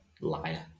liar